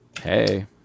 Hey